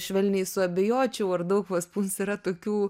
švelniai suabejočiau ar daug vas puns yra tokių